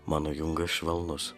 mano jungas švelnus